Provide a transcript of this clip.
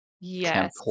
Yes